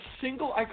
single